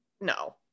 no